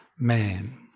Man